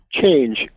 change